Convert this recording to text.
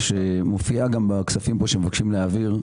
שמופיעה גם בכספים שמבקשים להעביר כאן.